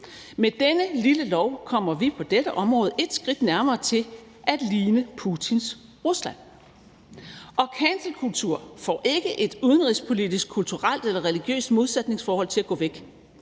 Med denne lille lov kommer vi på dette område et skridt nærmere til at ligne Putins Rusland, og cancelkultur får ikke et udenrigspolitisk, kulturelt eller religiøst modsætningsforhold til at gå væk.